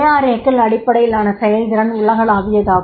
KRA க்கள் அடிப்படையிலான செயல்திறன் உலகளாவியதாகும்